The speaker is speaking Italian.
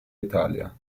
italia